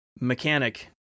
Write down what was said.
mechanic